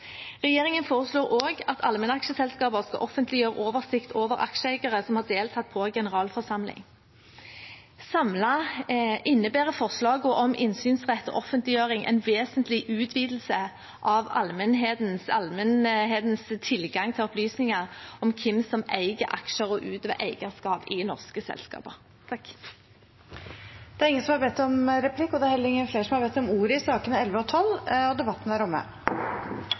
Regjeringen foreslår også at allmennaksjeselskaper skal offentliggjøre oversikt over aksjeeiere som har deltatt på generalforsamling. Samlet innebærer forslagene om innsynsrett og offentliggjøring en vesentlig utvidelse av allmennhetens tilgang til opplysninger om hvem som eier aksjer og utøver eierskap i norske selskaper. Flere har ikke bedt om ordet til sakene nr. 11 og 12. Etter ønske fra næringskomiteen vil presidenten ordne debatten slik: 3 minutter til hver partigruppe og